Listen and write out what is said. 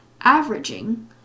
averaging